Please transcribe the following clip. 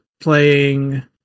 playing